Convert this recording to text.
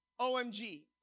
OMG